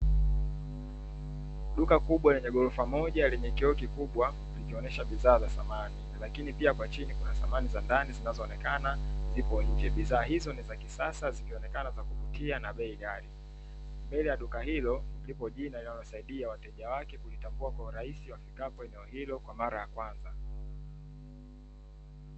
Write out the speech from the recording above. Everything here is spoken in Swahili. Duka kubwa lenye ghorofa moja lenye kioo kikubwa, likionyesha bidhaa za samani, lakini pia kwa chini kuna samani za ndani zinazoonekana zipo nje, bidhaa hizo ni za kisasa zikionekana za kuvutia na bei ghari, mbele ya duka hilo lipo jina linalowasaidia wateja wake kulitambua kwa urahisi wanapofika eneo hilo kwa mara ya kwanza.